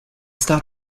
stop